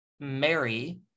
Mary